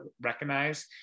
recognize